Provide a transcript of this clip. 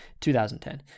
2010